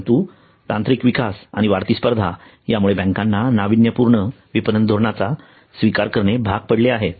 परंतु तांत्रिक विकास आणि वाढती स्पर्धा यामुळे बँकांना नाविन्यपूर्ण विपणन धोरणाचा स्वीकार करणे भाग पडले आहे